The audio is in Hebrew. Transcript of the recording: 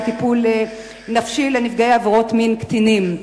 לטיפול נפשי בנפגעי עבירות מין קטינים.